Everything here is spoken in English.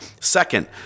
second